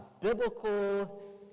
biblical